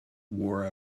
wore